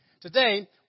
Today